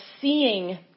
seeing